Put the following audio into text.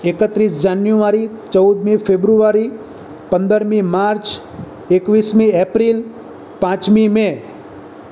એકત્રીસ જાન્યુઆરી ચૌદમી ફેબ્રુઆરી પંદરમી માર્ચ એકવીસમી એપ્રિલ પાંચમી મે